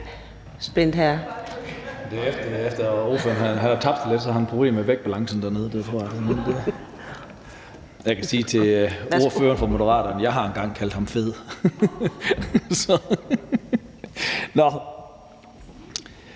(UFG): Det er, efter at ordføreren har tabt sig lidt, så har han problemer med vægtbalancen dernede, tror jeg. Jeg kan sige til ordføreren for Moderaterne, at jeg engang har kaldt ham fed.